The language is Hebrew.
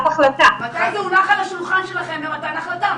מתי זה הונח על השולחן שלכם למתן החלטה?